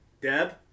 Deb